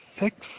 six